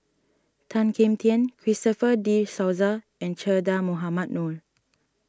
Tan Kim Tian Christopher De Souza and Che Dah Mohamed Noor